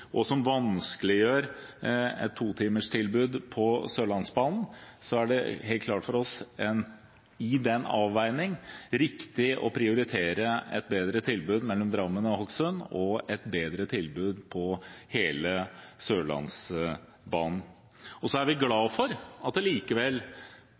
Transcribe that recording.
og som vanskeliggjør en totimersfrekvens på Sørlandsbanen, er det helt klart for oss riktig å prioritere et bedre tilbud mellom Drammen og Hokksund og et bedre tilbud på hele Sørlandsbanen. Så er vi